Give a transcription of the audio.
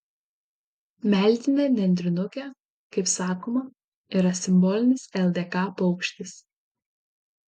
meldinė nendrinukė kaip sakoma yra simbolinis ldk paukštis